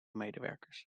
medewerkers